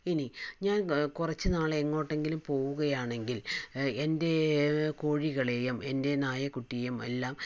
ഇനി ഞാൻ കുറച്ച് നാൾ എങ്ങോട്ടെങ്കിലും പോവുകയാണെങ്കിൽ എൻ്റെ കോഴികളെയും എൻ്റെ നായക്കുട്ടിയേയും എല്ലാം